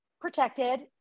protected